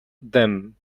them